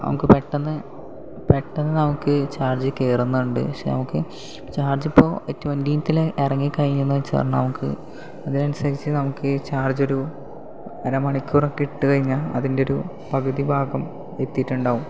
നമുക്ക് പെട്ടെന്ന് പെട്ടെന്ന് നമുക്ക് ചാർജ് കേറുന്നുണ്ട് പക്ഷേ നമുക്ക് ചാർജ് ഇപ്പോൽ ട്വൻ്റിൻത്ത് എറങ്ങി കഴിയുന്ന് വെച്ചാൽ നമുക്ക് അതിനനുസരിച്ച് നമുക്ക് ചാർജൊരു അരമണിക്കൂരൊക്കെ ഇട്ട് കഴിഞ്ഞാൽ അതിന്റെയൊരു പകുതി ഭാഗം എത്തിയിട്ടുണ്ടാവും